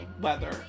weather